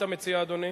מה אתה מציע, אדוני?